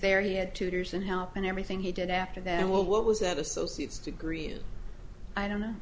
there he had tutors and help in everything he did after that and what was that associates degree of i don't know